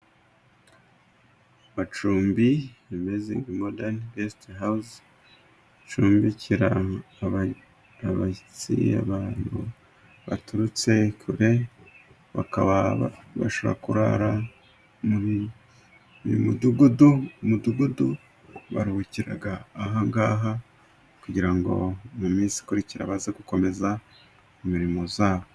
Amacumbi remazingi mode besite hawuze acumbikira abashyitsi ,abantu baturutse kure bashaka kurara muri uyu mudugudu, baruhukira ahangaha, kugira ngo mu minsi ikurikira baze gukomeza imirimo yabo.